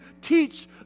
teach